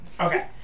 Okay